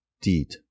deed